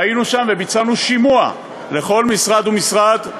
והיינו שם וערכנו שימוע לכל משרד ומשרד,